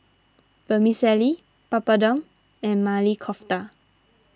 Vermicelli Papadum and Maili Kofta